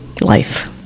life